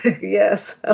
Yes